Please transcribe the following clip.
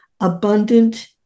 abundant